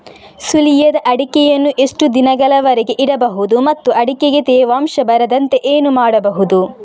ಸುಲಿಯದ ಅಡಿಕೆಯನ್ನು ಎಷ್ಟು ದಿನಗಳವರೆಗೆ ಇಡಬಹುದು ಮತ್ತು ಅಡಿಕೆಗೆ ತೇವಾಂಶ ಬರದಂತೆ ಏನು ಮಾಡಬಹುದು?